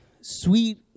sweet